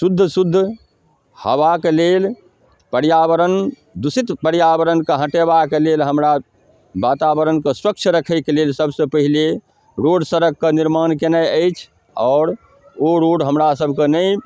शुद्ध शुद्ध हवाके लेल पर्यावरण दूषित पर्यावरणके हटेबाके लेल हमरा वातावरणके स्वच्छ रखैके लेल सबसँ पहिले रोड सड़कके निर्माण केनाए अछि आओर ओ रोड हमरा सभके नहि